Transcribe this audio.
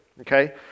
okay